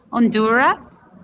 honduras,